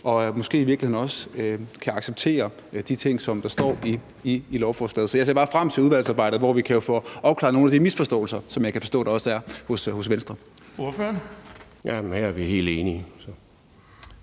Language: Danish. og måske i virkeligheden også kan acceptere de ting, som der står i lovforslaget. Så jeg ser bare frem til udvalgsarbejdet, hvor vi jo kan få opklaret nogle af de misforståelser, som jeg kan forstå der også er hos Venstre. Kl. 11:50 Den fg. formand (Erling